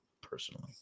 personally